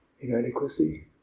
inadequacy